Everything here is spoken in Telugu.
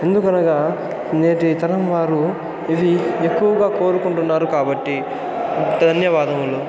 ఎందుకనగా నేటితరంవారు ఇవి ఎక్కువగా కోరుకుంటున్నారు కాబట్టి ధన్యవాదములు